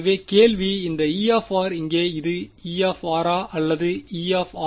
எனவே கேள்வி இந்த E இங்கே அது E ஆ அல்லது E r ஆ